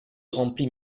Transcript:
remplit